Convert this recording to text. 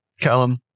Callum